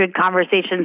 Conversations